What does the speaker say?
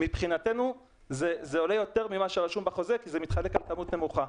מבחינתנו זה עולה יותר ממה שרשום בחוזה כי זה מתחלק על כמות נמוכה.